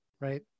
right